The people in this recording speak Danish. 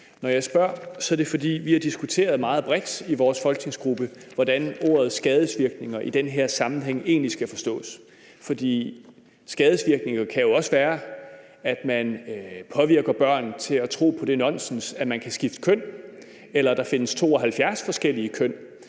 Når jeg spørger, er det, fordi vi i vores folketingsgruppe har diskuteret meget bredt, hvordan ordet skadevirkninger i den her sammenhæng egentlig skal forstås. For skadevirkninger kan jo også være, at man påvirker børn til at tro på det nonsens, at man kan skifte køn, at der findes 72 forskellige køn